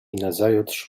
nazajutrz